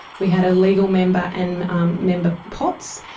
we had a legal member and um member potts.